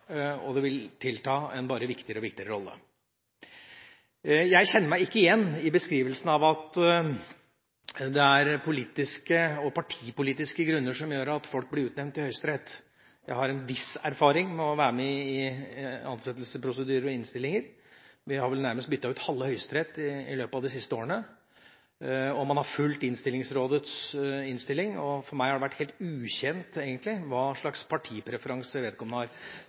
vært. Høyesterett vil inneha en viktigere og viktigere rolle. Jeg kjenner meg ikke igjen i beskrivelsen av at det er politiske – og partipolitiske – grunner til at folk blir utnevnt til Høyesterett. Jeg har en viss erfaring i å være med i ansettelsesprosedyrer og innstillinger. Vi har vel nærmest byttet ut halve Høyesterett i løpet av de siste årene. Man har fulgt Innstillingsrådets innstilling, og for meg har det vært helt ukjent hva slags partipreferanser vedkommende har.